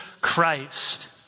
Christ